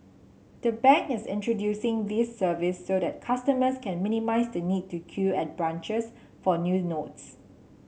the bank is introducing this service so that customers can minimise the need to queue at branches for new notes